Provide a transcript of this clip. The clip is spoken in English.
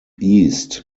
east